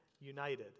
united